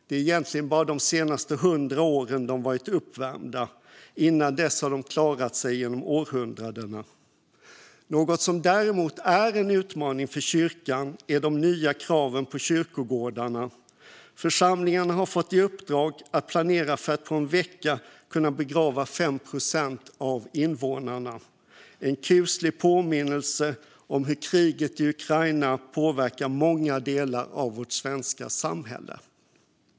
Det är egentligen bara de senaste 100 åren som de har varit uppvärmda. Innan dess har de klarat sig genom århundradena. Något som däremot är en utmaning för kyrkan är de nya kraven på kyrkogårdarna. Församlingarna har fått i uppdrag att planera för att på en vecka kunna begrava 5 procent av invånarna. Det är en kuslig påminnelse om hur kriget i Ukraina påverkar många delar av vårt svenska samhälle.